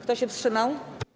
Kto się wstrzymał?